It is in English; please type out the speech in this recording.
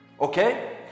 Okay